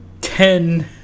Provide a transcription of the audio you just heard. Ten